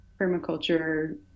permaculture